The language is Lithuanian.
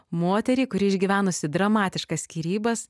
moterį kuri išgyvenusi dramatiškas skyrybas